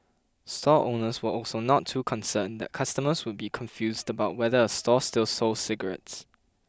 store owners were also not too concerned that customers would be confused about whether a store still sold cigarettes